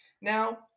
Now